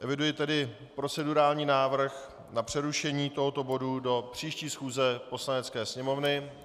Eviduji tedy procedurální návrh na přerušení tohoto bodu do příští schůze Poslanecké sněmovny.